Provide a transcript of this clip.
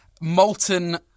molten